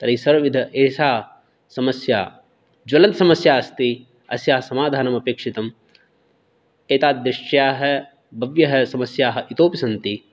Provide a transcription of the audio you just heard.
तर्हि सर्वविधा एषा समस्या ज्वलन्तसमस्या अस्ति अस्याः समाधानमपेक्षितम् एतादृश्यः बह्व्यः समस्याः इतोऽपि सन्ति